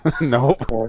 Nope